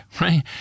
right